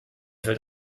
fällt